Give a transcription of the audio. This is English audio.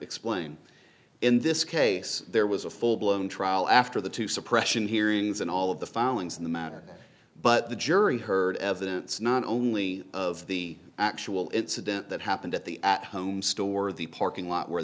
explain in this case there was a full blown trial after the two suppression hearings and all of the foundlings in the matter but the jury heard evidence not only of the actual incident that happened at the at home store the parking lot where